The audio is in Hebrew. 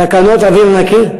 תקנות אוויר נקי,